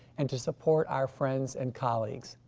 and to support our friends and colleagues.